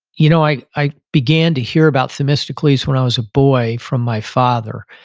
you know i i began to hear about themistocles when i was a boy from my father.